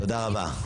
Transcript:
תודה רבה.